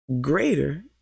greater